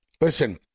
listen